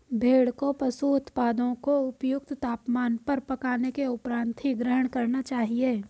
भेड़ को पशु उत्पादों को उपयुक्त तापमान पर पकाने के उपरांत ही ग्रहण करना चाहिए